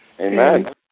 Amen